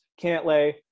Cantlay